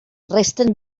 resten